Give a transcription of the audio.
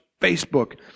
Facebook